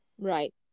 Right